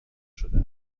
شده